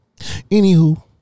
Anywho